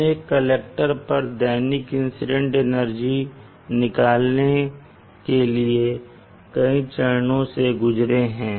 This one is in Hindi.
हम एक कलेक्टर पर दैनिक इंसीडेंट एनर्जी निकालने के लिए कई चरणों से गुजरे हैं